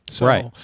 Right